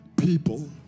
people